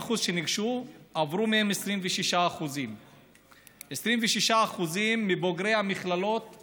ה-80% שניגשו, עברו מהם 26%. 26% מבוגרי המכללות.